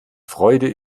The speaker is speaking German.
freude